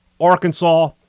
Arkansas